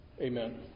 Amen